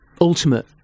ultimate